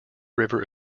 river